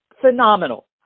phenomenal